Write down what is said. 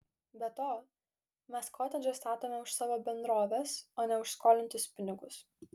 be to mes kotedžą statome už savo bendrovės o ne už skolintus pinigus